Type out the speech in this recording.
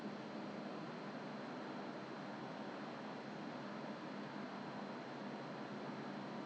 no I mean I didn't know that birthday 那时那以前 lah I didn't know birthday can pass by without purchase 可以去 collect something 我都不知道 leh